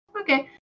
Okay